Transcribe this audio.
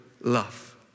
love